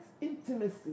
intimacy